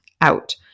out